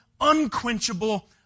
unquenchable